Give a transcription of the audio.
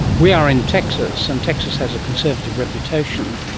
we are in texas, and texas has conservative reputation.